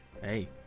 Hey